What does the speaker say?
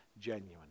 genuine